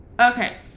okay